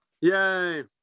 Yay